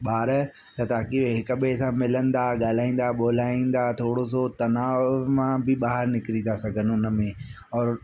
ॿार न त अॻे हिक ॿिए सां मिलंदा हुआ ॻाल्हाईंदा हुआ ॿोलाईंदा हा थोरो सो तनाव मां बि ॿाहिरि निकिरी था सघनि उन में और